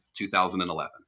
2011